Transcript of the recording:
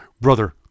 brother